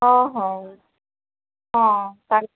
ହ ହଉ ହଁ